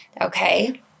Okay